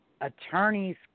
attorneys